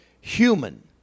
human